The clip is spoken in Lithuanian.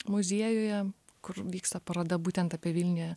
muziejuje kur vyksta paroda būtent apie vilniuje